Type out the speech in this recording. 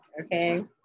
Okay